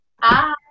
Hi